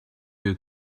you